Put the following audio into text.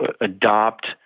adopt